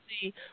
see